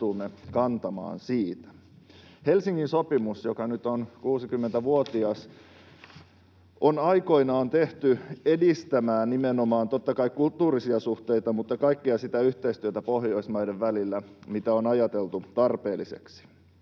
vastuumme kantamaan siitä. Helsingin sopimus, joka nyt on 60-vuotias, on aikoinaan tehty edistämään nimenomaan, totta kai, kulttuurisia suhteita mutta myös kaikkea sitä yhteistyötä Pohjoismaiden välillä, mitä on ajateltu tarpeelliseksi.